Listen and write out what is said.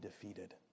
defeated